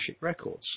Records